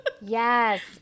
yes